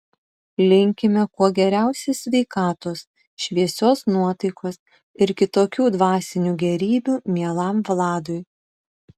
linkime kuo geriausios sveikatos šviesios nuotaikos ir kitokių dvasinių gėrybių mielam vladui